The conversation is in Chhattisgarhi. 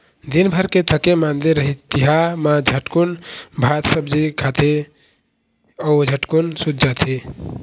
दिनभर के थके मांदे रतिहा मा झटकुन भात सब्जी खाथे अउ झटकुन सूत जाथे